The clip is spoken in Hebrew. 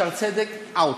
שערי צדק, out.